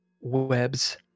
webs